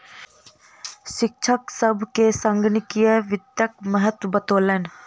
शिक्षक सभ के संगणकीय वित्तक महत्त्व बतौलैन